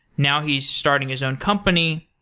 now, he's starting his own company.